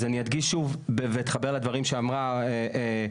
אז אני אדגיש שוב ואתחבר לדברים שאמרה סטלה,